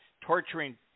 torturing